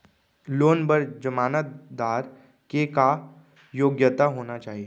Loan बर जमानतदार के का योग्यता होना चाही?